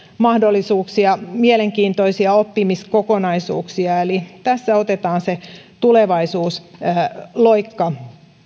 mahdollisuuksia mielenkiintoisia oppimiskokonaisuuksia eli tässä otetaan se tulevaisuusloikka